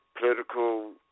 political